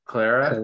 Clara